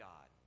God